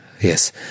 Yes